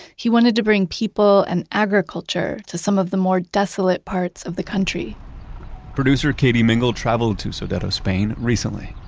he wanted to bring people and agriculture to some of the more desolate parts of the country producer katie mingle traveled to sodeto, spain recently.